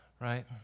Right